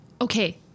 Okay